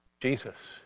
Jesus